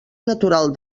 natural